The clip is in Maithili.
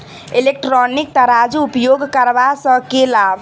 इलेक्ट्रॉनिक तराजू उपयोग करबा सऽ केँ लाभ?